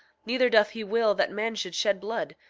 neither doth he will that man should shed blood,